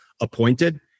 appointed